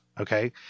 Okay